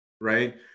right